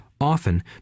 often